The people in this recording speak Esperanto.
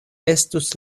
estus